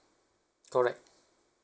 correct